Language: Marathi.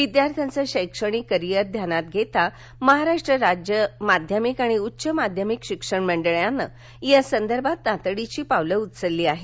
विद्यार्थ्यांचे शैक्षणिक करिअर ध्यानात घेता महाराष्ट्र राज्य माध्यमिक आणि उच्च माध्यमिक शिक्षण मंडळाने या संदर्भात तातडीची पावले उचलली आहेत